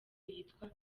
yitwa